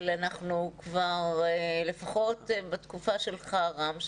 אבל אנחנו לפחות בתקופה שלך רם,